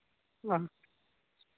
ᱵᱟᱝ